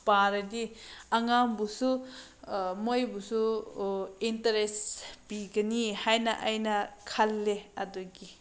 ꯄꯥꯔꯗꯤ ꯑꯉꯥꯡꯕꯨꯁꯨ ꯃꯣꯏꯕꯨꯁꯨ ꯏꯟꯇꯔꯦꯁ ꯄꯤꯒꯅꯤ ꯍꯥꯏꯅ ꯑꯩꯅ ꯈꯜꯂꯤ ꯑꯗꯨꯒꯤ